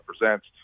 represents